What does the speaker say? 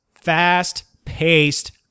Fast-paced